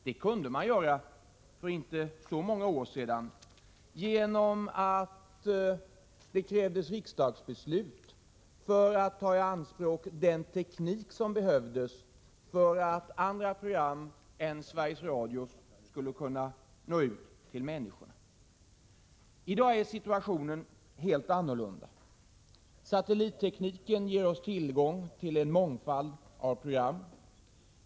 Så kunde man göra för inte så många år sedan på grund av att det krävdes riksdagsbeslut för att få ta i anspråk den teknik som behövdes för att andra program än Sveriges Radios skulle kunna nå ut till människorna. I dag är situationen helt annorlunda. Satellittekniken ger oss tillgång till en mångfald av program.